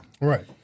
Right